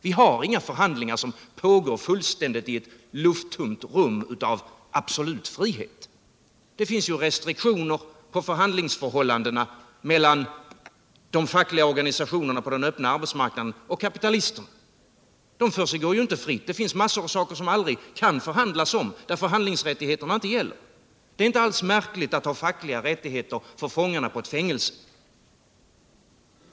Vi har inga förhandlingar som pågår i ett lufttomt rum under absolut frihet. Det finns ju restriktioner i fråga om förhandlingsförhållandena mellan de fackliga organisationerna på den öppna arbetsmarknaden och kapitalisterna. De försiggår inte fritt. Det finns massor av saker, som det aldrig kan förhandlas om därför att förhandlingsrättigheterna inte gäller. Det är inte alls märkligt att ha fackliga rättigheter för fångarna på ett fängelse.